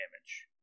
damage